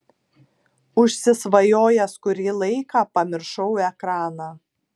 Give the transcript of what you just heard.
užsisvajojęs kurį laiką pamiršau ekraną